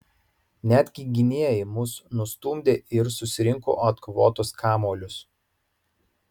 netgi gynėjai mus nustumdė ir susirinko atkovotus kamuolius